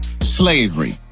Slavery